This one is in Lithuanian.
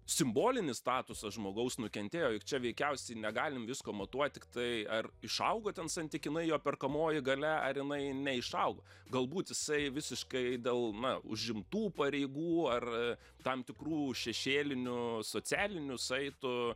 simbolinis statusas žmogaus nukentėjo juk čia veikiausiai negalim visko matuot tiktai ar išaugo ten santykinai jo perkamoji galia ar jinai neišaugo galbūt jisai visiškai dėl na užimtų pareigų ar tam tikrų šešėlinių socialinių saitų